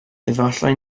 efallai